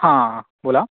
हां बोला